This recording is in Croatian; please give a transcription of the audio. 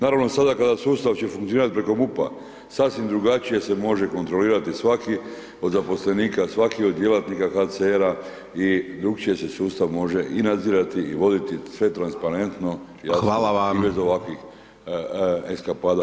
Naravno sada kada sustav će funkcionirati preko MUP-a sasvim drugačije se može kontrolirati svaki od zaposlenika, svaki od djelatnika HCR i drukčije se sustav može i nadzirati i voditi sve transparentno i jasno i bez ovakvih eskapada